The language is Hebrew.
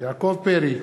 יעקב פרי,